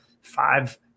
five